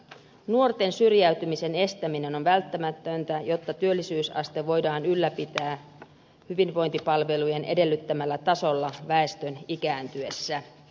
nuorten syrjäytymisen estäminen on välttämätöntä jotta työllisyysaste voidaan ylläpitää hyvinvointipalvelujen edellyttämällä tasolla väestön ikääntyessä